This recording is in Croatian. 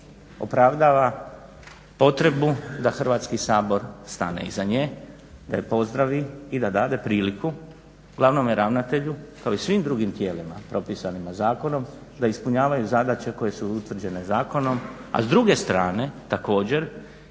opravdava potrebu da Hrvatski sabor stane iza nje, da je pozdravi i da dade priliku glavnome ravnatelju kao i svim drugim tijelima propisanima zakonom da ispunjavaju zadaće koje su utvrđene zakonom. A s druge strane također